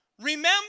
remember